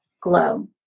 glow